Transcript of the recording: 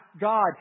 God